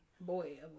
boy